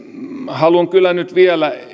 haluan kyllä nyt vielä